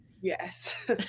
Yes